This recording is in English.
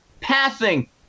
passing